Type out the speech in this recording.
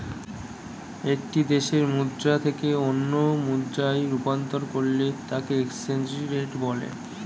একটি দেশের মুদ্রা থেকে অন্য মুদ্রায় রূপান্তর করলে তাকেএক্সচেঞ্জ রেট বলে